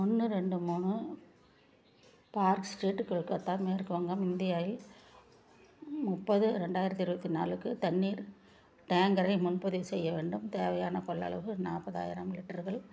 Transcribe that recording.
ஒன்று ரெண்டு மூணு பார்க் ஸ்ட்ரீட் கொல்கத்தா மேற்கு வங்கம் இந்தியா இல் முப்பது ரெண்டாயிரத்து இருபத்தி நாலுக்கு தண்ணீர் டேங்கரை முன்பதிவு செய்ய வேண்டும் தேவையான கொள்ளளவு நாற்பதாயிரம் லிட்டர்கள்